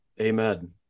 Amen